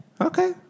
Okay